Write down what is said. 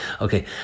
Okay